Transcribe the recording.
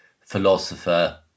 philosopher